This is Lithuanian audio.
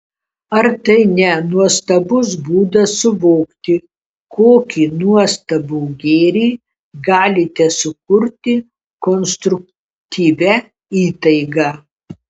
ar tai ne nuostabus būdas suvokti kokį nuostabų gėrį galite sukurti konstruktyvia įtaiga